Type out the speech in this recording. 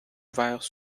ouverts